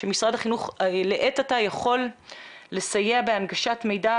שמשרד החינוך לעת עתה יכול לסייע בהנגשת מידע,